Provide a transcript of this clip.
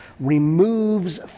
removes